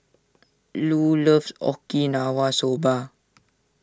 Lu loves Okinawa Soba